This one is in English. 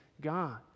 God